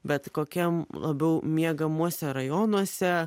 bet kokiam labiau miegamuose rajonuose